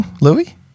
Louis